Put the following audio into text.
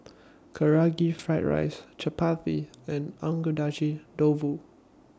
Karaage Fried Chicken Chapati and Agedashi Dofu